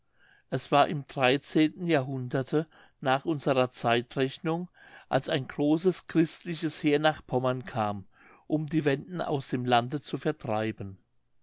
es war im dreizehnten jahrhunderte nach unserer zeitrechnung als ein großes christliches heer nach pommern kam um die wenden aus dem lande zu vertreiben